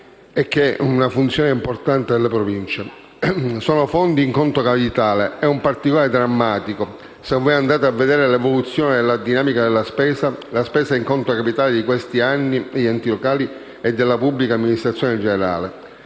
è una funzione importante delle Province. Sono fondi in conto capitale: è un particolare drammatico, se voi andate a vedere l'evoluzione della dinamica della spesa, la spesa in conto capitale di questi anni degli enti locali e della pubblica amministrazione in generale.